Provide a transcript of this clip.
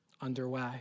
underway